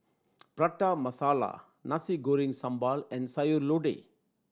Prata Masala Nasi Goreng Sambal and Sayur Lodeh